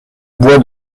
bois